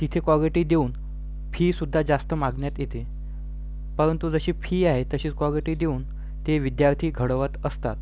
तिथे कॉगिटी देऊन फीसुद्धा जास्त मागण्यात येते परंतु जशी फी आहे तशी कॉगिटी देऊन ते विद्यार्थी घडवत असतात